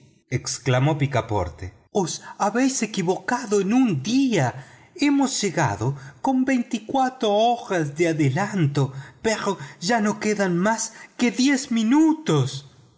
exclamó picaporte os habéis equivocado en un día hemos llegado con veinticuatro horas de adelanto pero ya no quedan más que diez minutos